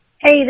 Hey